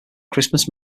christmas